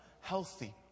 healthy